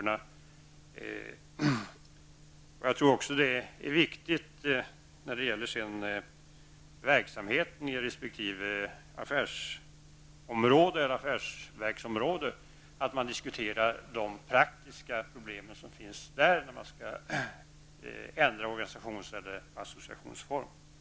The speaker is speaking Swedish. När det gäller verksamheten inom resp. affärsverksområde är det viktigt att man där diskuterar de praktiska problem som finns när organisations eller associationsformer skall ändras.